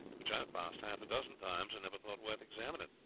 which i have passed half a dozen times and never thought worth examining?